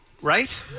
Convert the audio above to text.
right